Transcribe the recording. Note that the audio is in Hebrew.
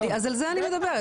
על זה אני מדברת.